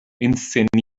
inszeniert